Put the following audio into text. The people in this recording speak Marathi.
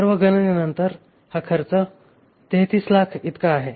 सर्व गणनेनंतर हा खर्च 3300000 इतका आहे